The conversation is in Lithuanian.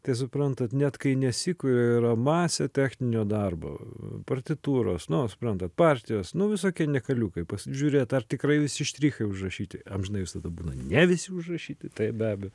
tai suprantat net kai nesikuria yra masė techninio darbo partitūros no sprantat partijos nu visokie niekaliukai pasižiūrėt ar tikrai visi štrichai užrašyti amžinai visada būna ne visi užrašyti taip be abejo